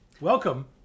Welcome